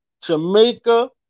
Jamaica